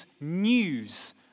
news